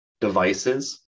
devices